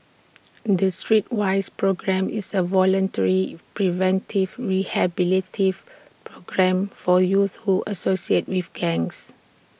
the Streetwise programme is A voluntary preventive programme for youths who associate with gangs